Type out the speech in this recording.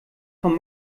von